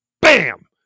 bam